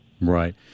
Right